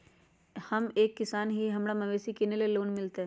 हम एक किसान हिए हमरा मवेसी किनैले लोन मिलतै?